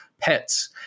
pets